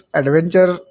adventure